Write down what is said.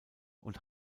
und